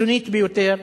הקיצונית ביותר,